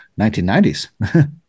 1990s